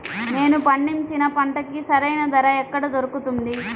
నేను పండించిన పంటకి సరైన ధర ఎక్కడ దొరుకుతుంది?